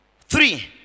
Three